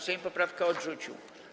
Sejm poprawkę odrzucił.